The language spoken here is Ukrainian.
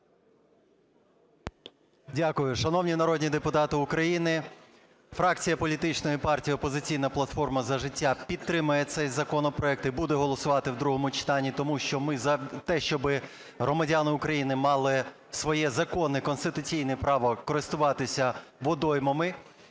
Дякую. Шановні народні депутати України! Фракція політичної партії "Опозиційна платформа – За життя" підтримає цей законопроект і буде голосувати в другому читанні, тому що ми за те, щоб громадяни України мали своє законне конституційне право користуватися водоймами.